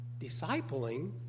discipling